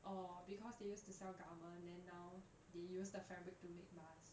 or because they used to sell garment then now they use the fabric to make masks